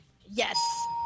Yes